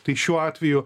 tai šiuo atveju